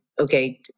okay